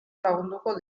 lagunduko